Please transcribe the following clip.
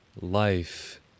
life